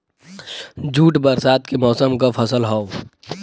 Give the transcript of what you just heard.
jute बरसात के मौसम क फसल हौ